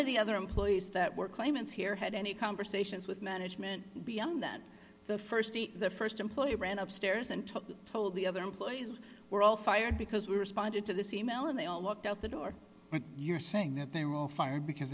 of the other employees that were claimants here had any conversations with management beyond that the st date the st employee ran up stairs and told the other employees were all fired because we responded to this e mail and they all walked out the door you're saying that they were all fired because